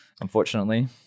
unfortunately